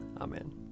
amen